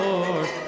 Lord